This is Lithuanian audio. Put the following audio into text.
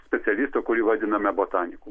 specialisto kurį vadiname botaniku